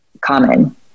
common